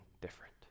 different